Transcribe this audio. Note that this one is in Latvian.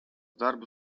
darbu